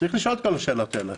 צריך לשאול את כל השאלות האלה.